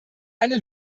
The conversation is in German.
eine